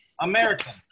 American